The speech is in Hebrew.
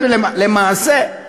למעשה,